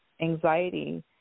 anxiety